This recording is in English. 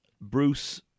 Bruce